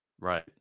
Right